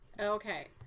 Okay